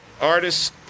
artists